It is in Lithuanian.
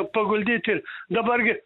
paguldyti dabar gi